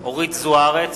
אורית זוארץ,